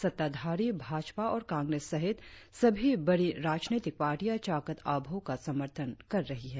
सत्ताधारी भाजपा और कांग्रेस सहित सभी बड़ी राजनैतिक पार्टिया चाकत आबोह का समर्थन कर रही है